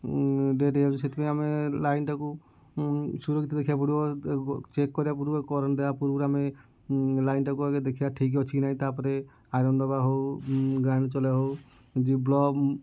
death ହୋଇଯାଉଛି ସେଥିପାଇଁ ଆମେ ଲାଇନ୍ଟାକୁ ସୁରକ୍ଷିତ ରଖିବାକୁ ପଡ଼ିବ ତାକୁ ଚେକ୍ କରିବାକୁ ପଡ଼ିବ କରେଣ୍ଟ୍ ଦେବା ପୂର୍ବରୁ ଆମେ ଲାଇନ୍ଟାକୁ ଆଗେ ଦେଖିବା ଠିକ୍ ଅଛି କି ନାହିଁ ତାପରେ ଆଇରନ୍ ଦେବା ହେଉ ଗ୍ରାଇଣ୍ଡର୍ ଚଲାଇବା ହେଉ ପ୍ଲଗ୍